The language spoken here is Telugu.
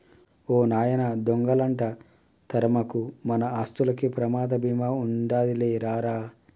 ఓ నాయనా దొంగలంట తరమకు, మన ఆస్తులకి ప్రమాద బీమా ఉండాదిలే రా రా